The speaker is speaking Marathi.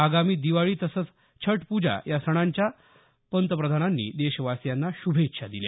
आगामी दिवाळी तसंच छटपूजा या सणांच्या पंतप्रधानांनी देशवासियांना श्रभेच्छा दिल्या